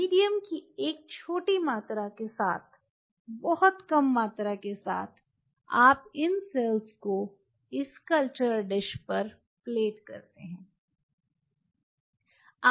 medium की एक छोटी मात्रा के साथ बहुत कम मात्रा के साथ आप इन सेल्स को इस कल्चर डिश पर प्लेट करते हैं